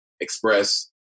Express